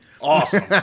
awesome